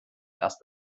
erst